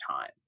time